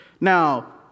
Now